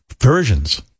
versions